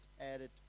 added